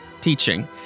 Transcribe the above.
teaching